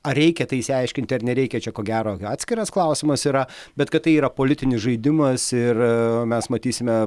ar reikia tai išsiaiškinti ar nereikia čia ko gero atskiras klausimas yra bet kad tai yra politinis žaidimas ir mes matysime